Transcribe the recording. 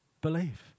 Believe